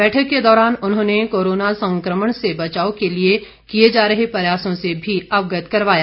बैठक के दौरान उन्होंने कोरोना संक्रमण से बचाव के लिए किए जा रहे प्रयासों से भी अवगत करवाया